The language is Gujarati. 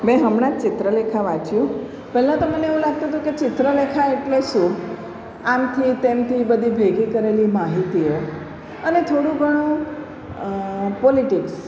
મેં હમણાં જ ચિત્રલેખા વાંચ્યું પહેલાં તો મને એવું લાગતું તું કે ચિત્રલેખા એટલે શું આમથી તેમથી બધી ભેગી કરેલી માહિતીઓ અને થોડું ઘણું પોલિટીક્સ